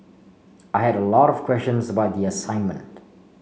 I had a lot of questions about the assignment